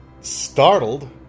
startled